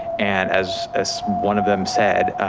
and as as one of them said,